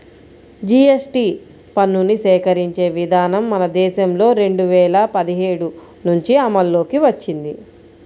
GST పన్నుని సేకరించే విధానం మన దేశంలో రెండు వేల పదిహేడు నుంచి అమల్లోకి వచ్చింది